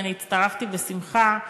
ואני הצטרפתי בשמחה,